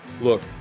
Look